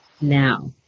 now